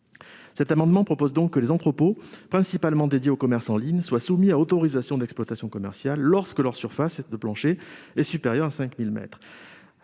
Cet amendement vise à proposer que les entrepôts principalement dédiés au commerce en ligne soient soumis à autorisation d'exploitation commerciale lorsque leur surface de plancher est supérieure à 5 000 mètres